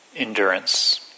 Endurance